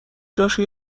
جاشو